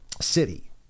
city